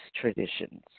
traditions